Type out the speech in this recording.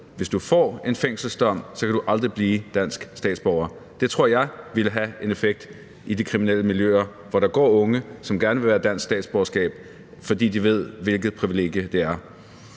Hvis du får en fængselsdom, kan du aldrig blive dansk statsborger. Så tror jeg, det ville have en effekt, altså i de kriminelle miljøer, hvor der går unge, som gerne vil have et dansk statsborgerskab, fordi de ved, hvilket privilegie det er.